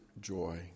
joy